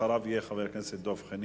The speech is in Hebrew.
אחריו יהיה חבר הכנסת דב חנין.